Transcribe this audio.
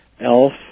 elf